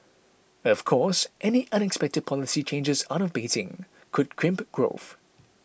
of course any unexpected policy changes out of Beijing could crimp growth